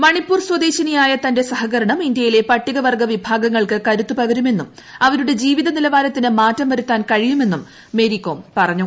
മണിപ്പൂർ സ്വദേശിനിയായ തന്റെ ഇന്ത്യയിലെ പട്ടികവർഗവിഭാഗങ്ങൾക്ക് കരുത്തൂപക്രുമെന്നും അവരുടെ ജീവിത നിലവാരത്തിന് മാറ്റം വരുത്ത്രൂൻ കഴിയുമെന്നും മേരികോം പറഞ്ഞു